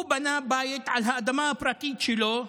הוא בנה בית על האדמה הפרטית שלו,